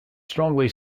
strongly